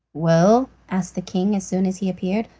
well, asked the king as soon as he appeared,